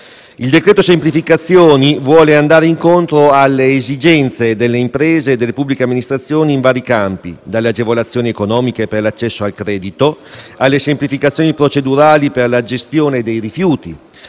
Il decreto-legge semplificazioni vuole andare incontro alle esigenze delle imprese e delle pubbliche amministrazioni in vari campi: dalle agevolazioni economiche per l'accesso al credito alle semplificazioni procedurali per la gestione dei rifiuti,